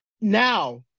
now